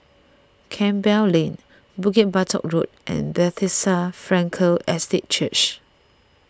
Campbell Lane Bukit Batok Road and Bethesda Frankel Estate Church